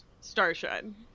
Starshine